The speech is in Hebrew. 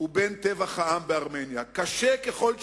לבין טבח העם בארמניה, קשה ככל שהיה.